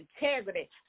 integrity